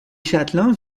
châtelains